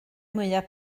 fwyaf